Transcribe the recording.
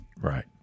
Right